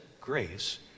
grace